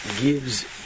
gives